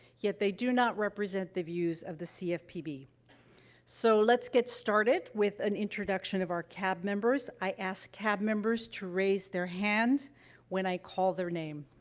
yet they do not represent the views of the cfpb. so, let's get started with an introduction of our cab members. i ask cab members to raise their hand when i call their name.